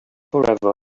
forever